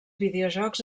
videojocs